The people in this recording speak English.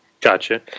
gotcha